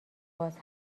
باز